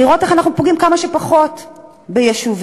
לראות איך אנחנו פוגעים כמה שפחות ביישובים